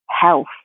health